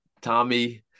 Tommy